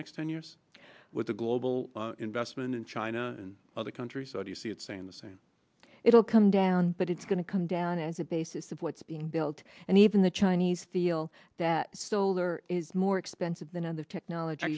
next ten years with the global investment in china and other countries you see it saying the same it will come down but it's going to come down as a basis of what's being built and even the chinese feel that solar is more expensive than other technology